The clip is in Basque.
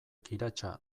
kiratsa